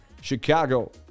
Chicago